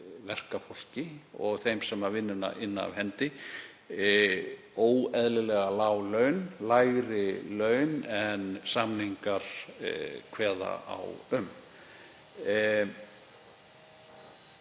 verkafólki og þeim sem vinnuna inna af hendi óeðlilega lág laun, lægri laun en samningar kveða á um.